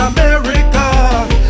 America